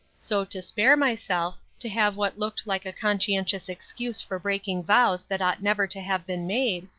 so to spare myself, to have what looked like a conscientious excuse for breaking vows that ought never to have been made,